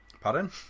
Pardon